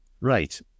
Right